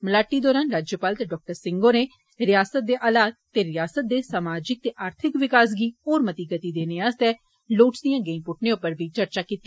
मलाटी दौरान राज्यपाल ते डाक्टर सिंह होरे रियासत दे हालात ते रियासत दे समाजिक ते आर्थिक विकास गी होर गति देने आस्तै लोड़चदियां गै पुष्टने उप्पर बी चर्चा कीती